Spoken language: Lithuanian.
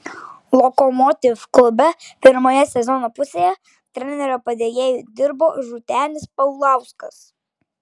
lokomotiv klube pirmoje sezono pusėje trenerio padėjėju dirbo rūtenis paulauskas